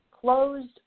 closed